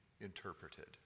interpreted